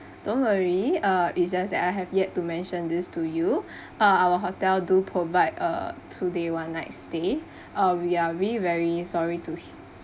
don't worry uh it's just that I have yet to mention this to you uh our hotel do provide a two day one night stay uh we are really very sorry to